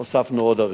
הוספנו עוד ערים,